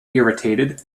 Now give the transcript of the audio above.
irritated